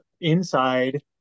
inside